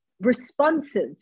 responsive